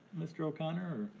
mr. o'connor?